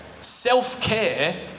self-care